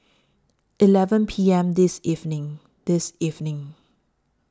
eleven P M This evening This evening